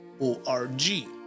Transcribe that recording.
O-R-G